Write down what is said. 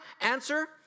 Answer